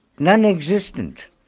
Non-existent